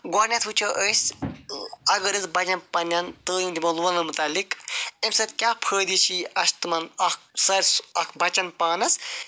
گۄڈنٮ۪تھ وٕچھو أسۍ اگر أسۍ بَچَن پنٛنٮ۪ن تٲلیٖم دِمو لونن مُتعلِق اَمہِ سۭتۍ کیاہ فٲیدٕ چھُ اَسہِ تِمَن اَکھ اَکھ بَچَن پانَس